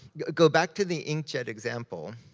go back to the inkjet example.